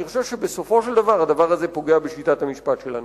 אני חושב שבסופו של דבר הדבר הזה פוגע בשיטת המשפט שלנו.